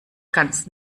ganz